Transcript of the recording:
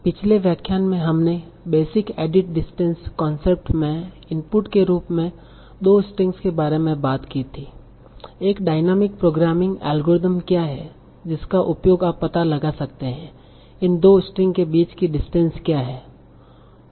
इसलिए पिछले व्याख्यान में हमने बेसिक एडिट डिस्टेंस कॉन्सेप्ट में इनपुट के रूप में 2 स्ट्रिंग्स के बारे में बात की थी एक डायनामिक प्रोग्रामिंग एल्गोरिथ्म क्या है जिसका उपयोग आप पता लगा सकते हैं इन 2 स्ट्रिंग के बीच की डिस्टेंस क्या है